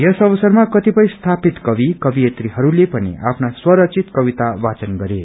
यस अवसरमा कतिपय स्थापित कवि कवियत्रीहरूले पनि आफ्ना स्वरचित कविता वाचन गरे